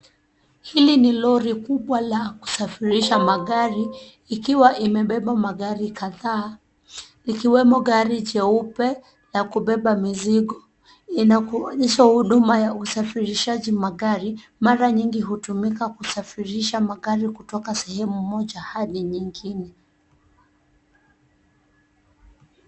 Hili ni lori kubwa la kusafirisha magari ikiwa imebebea magari kadhaa likiwemo gari jeupe la kubeba mizigo. Inakuonyesha huduma ya usafirishagi magari, mara nyingi hutumika kusafirisha magari kutoka sehemu moja hadi nyingine.